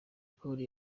polly